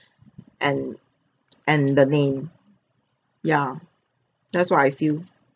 and and the name yeah that's what I feel